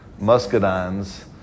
muscadines